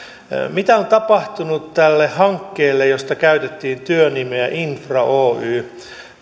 mitä on tapahtunut tälle hankkeelle josta käytettiin työnimeä infra oy